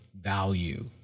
value